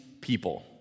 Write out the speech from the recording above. people